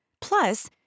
Plus